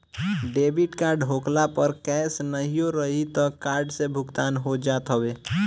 debit card होखला पअ cash नाहियो रही तअ कार्ड से भुगतान हो जात हवे